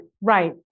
right